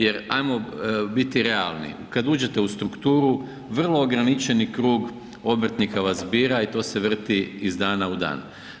Jer ajmo biti realni, kada uđete u strukturu vrlo ograničeni krug obrtnika vas bira i to se vrti iz dana u dan.